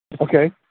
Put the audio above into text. Okay